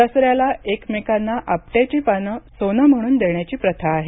दसऱ्याला एकमेकांना आपट्याची पानं सोनं म्हणून देण्याची प्रथा आहे